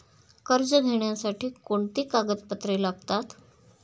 कर्ज घेण्यासाठी कोणती कागदपत्रे लागतात?